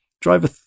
Driver